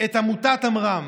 את עמותת עמרם,